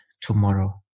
tomorrow